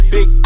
Big